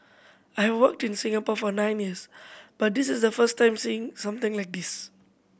I have worked in Singapore for nine years but this is the first time seeing something like this